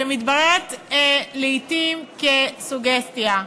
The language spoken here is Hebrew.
מה שמתברר לעתים כסוגסטיה.